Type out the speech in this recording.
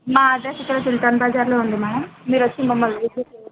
మా అడ్రెస్స్ ఇక్కడ సుల్తాన్ బజార్లో ఉంది మేడం మీరు వచ్చి మమ్మల్ని విజిట్ చెయ్యచ్చు